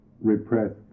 repressed